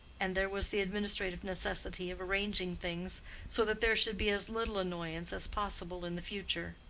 and there was the administrative necessity of arranging things so that there should be as little annoyance as possible in the future.